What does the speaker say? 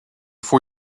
for